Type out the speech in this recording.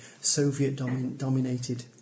Soviet-dominated